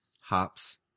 Hops